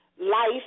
Life